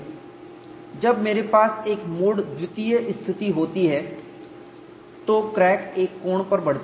जब मेरे पास एक मोड II स्थिति होती है तो क्रैक एक कोण पर बढ़ती है